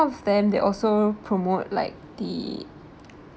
of them they also promote like the